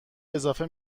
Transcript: اضافه